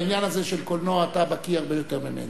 בעניין הזה של קולנוע אתה בקי הרבה יותר ממני.